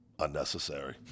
unnecessary